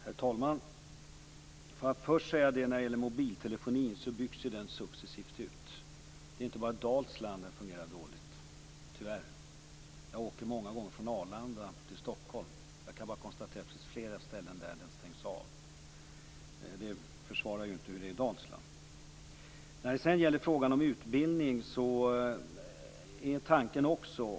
Herr talman! Jag vill först säga att mobiltelefonin successivt byggs ut. Det är tyvärr inte bara i Dalsland som den fungerar dåligt. Jag åker många gånger från Arlanda till Stockholm, och jag kan bara konstatera att det finns flera ställen på den sträckan där telefonen stängs av. Men det försvarar inte hur det är i Dalsland.